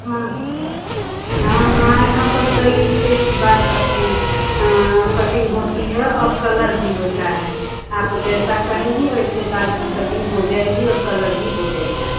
हाँ हाँ हाँ यहाँ पर कई इस्टेप के बाल कटनी कटिंग होती है और कलर भी होता है आप जैसा कहेंगी वैसे बाल की कटिंग हो जाएगी और कलर भी हो जाएगा